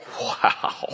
Wow